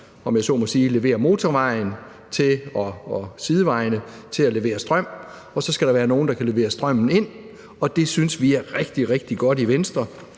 om jeg så må sige, leverer motorvejen og sidevejene til at levere strøm. Så skal der være nogle, der kan levere strømmen ind, og det synes vi i Venstre er rigtig, rigtig godt. For i Venstre